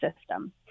system